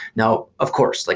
now, of course, like